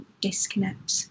disconnect